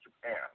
Japan